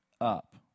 up